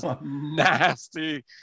nasty